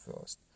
first